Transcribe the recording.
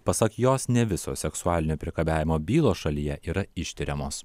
pasak jos ne visos seksualinio priekabiavimo bylos šalyje yra ištiriamos